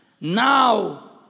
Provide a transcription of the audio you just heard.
now